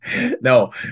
No